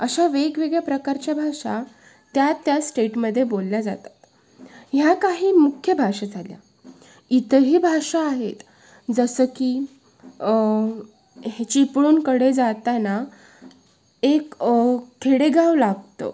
अशा वेगवेगळ्या प्रकारच्या भाषा त्या त्या स्टेटमध्ये बोलल्या जातात ह्या काही मुख्य भाषा झाल्या इतरही भाषा आहेत जसं की ह्या चिपळूणकडे जाताना एक खेडेगाव लागतं